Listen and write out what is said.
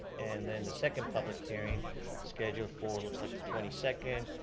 and then the second public hearing scheduled for it looks like the twenty second.